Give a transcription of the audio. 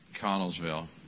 Connellsville